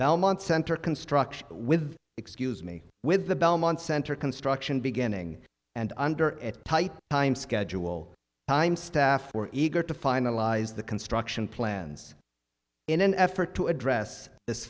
belmont center construction with excuse me with the belmont center construction beginning and under at tight time schedule time staff were eager to finalize the construction plans in an effort to address this